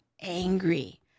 angry